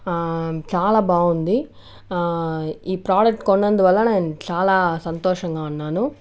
చాలా బాగుంది ఈ ప్రోడక్ట్ కొన్నందువల్ల నేను చాలా సంతోషంగా ఉన్నాను